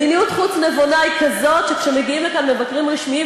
מדיניות חוץ נבונה היא כזאת שכשמגיעים לכאן מבקרים רשמיים,